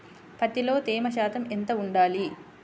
పత్తిలో తేమ శాతం ఎంత ఉండాలి?